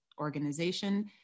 organization